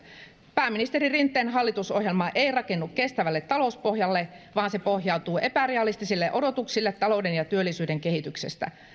pääministeri rinteen hallitusohjelma ei rakennu kestävälle talouspohjalle vaan se pohjautuu epärealistisille odotuksille talouden ja työllisyyden kehityksestä